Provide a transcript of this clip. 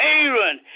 Aaron